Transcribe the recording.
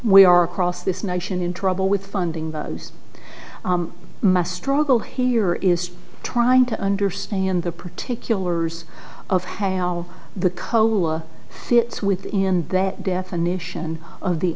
we are cross this nation in trouble with funding those mass struggle here is trying to understand the particulars of how the coa fits within that definition of the